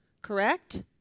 Correct